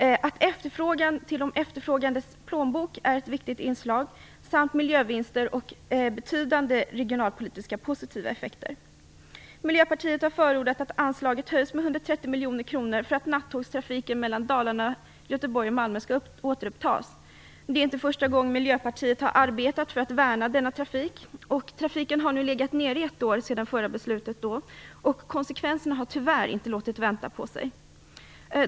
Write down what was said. Efterfrågan i förhållande till den efterfrågandes plånbok skall vara ett viktigt inslag, liksom miljövinster och betydande regionalpolitiska positiva effekter. Miljöpartiet har förordat att anslaget höjs med 130 miljoner kronor för att nattågstrafiken mellan Dalarna, Göteborg och Malmö skall kunna återupptas. Det är inte första gången Miljöpartiet har arbetat för att värna denna trafik. Trafiken har nu legat nere i ett år sedan förra beslutet. Konsekvenserna har tyvärr inte låtit vänta på sig.